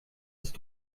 ist